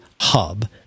hub